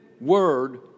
Word